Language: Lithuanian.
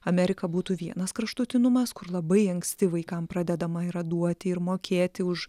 amerika būtų vienas kraštutinumas kur labai anksti vaikam pradedama yra duoti ir mokėti už